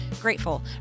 grateful